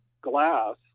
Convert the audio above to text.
glass